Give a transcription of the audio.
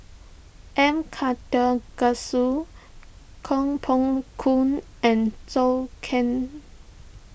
M Karthigesu Koh Poh Koon and Zhou Can